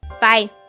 Bye